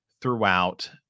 throughout